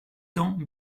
cents